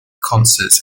concerts